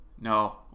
No